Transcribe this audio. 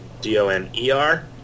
D-O-N-E-R